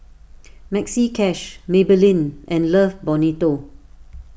Maxi Cash Maybelline and Love Bonito